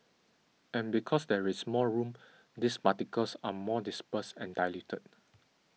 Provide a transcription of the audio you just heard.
and because there is more room these particles are more dispersed and diluted